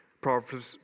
Proverbs